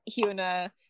huna